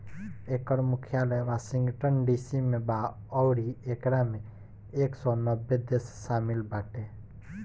एकर मुख्यालय Washington DC में बा अउरी एकरा में एक सौ नब्बे देश शामिल बाटे